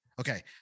okay